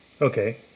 Okay